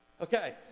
okay